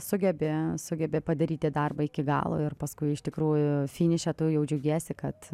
sugebi sugebi padaryti darbą iki galo ir paskui iš tikrųjų finiše tu jau džiaugiesi kad